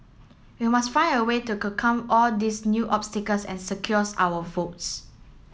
we must find a way to all these new obstacles and secures our votes